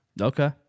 Okay